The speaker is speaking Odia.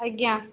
ଆଜ୍ଞା